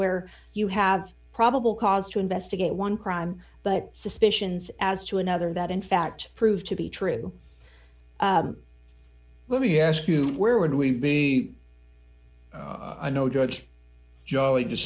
where you have probable cause to investigate one crime but suspicions as to another that in fact proved to be true let me ask you where would we be i know judge joey